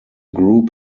group